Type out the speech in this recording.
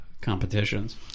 competitions